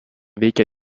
veikia